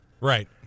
Right